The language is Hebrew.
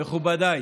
מכובדיי,